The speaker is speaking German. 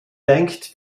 denkt